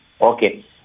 Okay